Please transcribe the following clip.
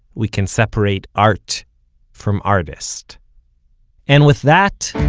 we can separate art from artist and with that,